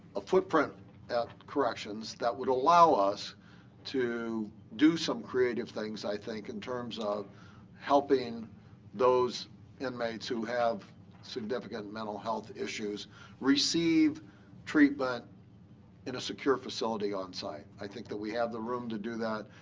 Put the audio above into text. a footprint at corrections that would allow us to do some creative things, i think, in terms of helping those inmates who have significant mental health issues receive treatment in a secure facility on site. i think that we have the room to do that.